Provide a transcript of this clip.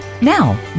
Now